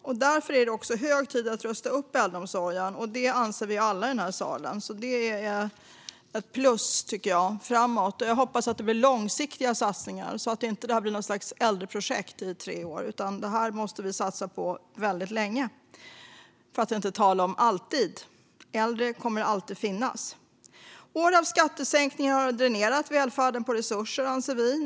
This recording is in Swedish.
Därför är det hög tid att rusta upp äldreomsorgen. Det anser vi alla i den här salen. Det är ett plus, tycker jag. Jag hoppas att det blir långsiktiga satsningar, så att det inte blir något slags äldreprojekt i tre år. Detta måste vi satsa på väldigt länge, för att inte säga alltid. Äldre kommer alltid att finnas. År av skattesänkningar har dränerat välfärden på resurser, anser vi.